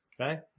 Okay